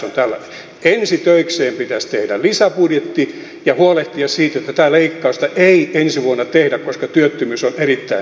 ensi töikseen pitäisi tehdä lisäbudjetti ja huolehtia siitä että tätä leikkausta ei ensi vuonna tehdä koska työttömyys on erittäin suurta